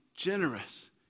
generous